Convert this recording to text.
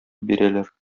бирәләр